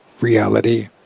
Reality